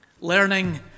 learning